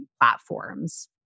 platforms